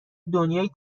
دنیای